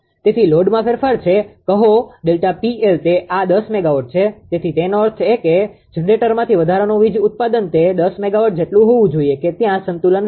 તેથી લોડમાં ફેરફાર થાય છે કહો ΔPL તે આ 10 મેગાવોટ છે તેથી તેનો અર્થ એ કે જનરેટરમાંથી વધારાનુ વીજ ઉત્પાદન તે 10 મેગાવોટ જેટલું હોવું જોઈએ કે ત્યાં સંતુલન રહેશે